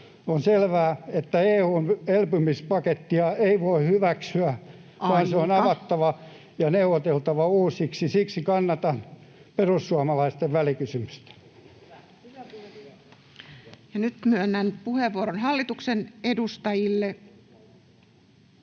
on selvää, että EU:n elpymispakettia ei voi hyväksyä [Puhemies: Aika!] vaan se on avattava ja neuvoteltava uusiksi. Siksi kannatan perussuomalaisten välikysymystä. Ja nyt myönnän puheenvuoron hallituksen edustajille.